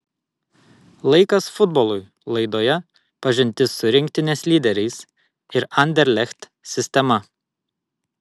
laikas futbolui laidoje pažintis su rinktinės lyderiais ir anderlecht sistema